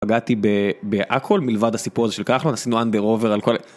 פגעתי בהכל מלבד הסיפור הזה של כחלון, אנחנו עשינו under over על כל.